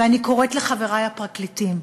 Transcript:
ואני קוראת לחברי הפרקליטים,